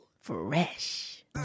Fresh